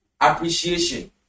Appreciation